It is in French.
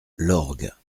lorgues